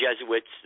Jesuits